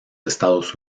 estados